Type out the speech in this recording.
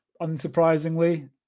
unsurprisingly